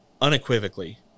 unequivocally